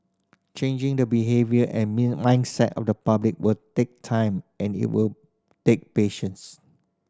changing the behaviour and mindset of the public will take time and it will take patience